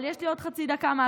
אבל יש לי עוד חצי דקה מההתחלה.